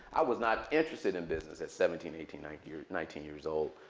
i was not interested in business at seventeen, eighteen, nineteen nineteen years old.